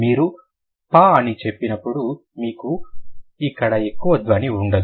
మీరు పా అని చెప్పినప్పుడు మీకు ఇక్కడ ఎక్కువ ధ్వని ఉండదు